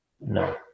No